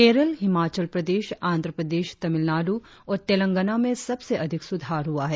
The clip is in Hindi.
केरल हिमाचल प्रदेश आंध्रप्रदेश तमिलनाड्र और तेलंगाना में सबसे अधिक सुधार हुआ है